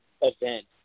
event